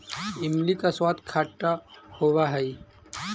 इमली का स्वाद खट्टा होवअ हई